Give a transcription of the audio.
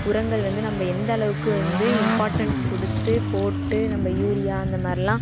உரங்கள் வந்து நம்ப எந்த அளவுக்கு வந்து இம்பார்ட்டன்ஸ் கொடுத்து போட்டு நம்ப யூரியா அந்தமாதிரிலாம்